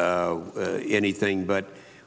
anything but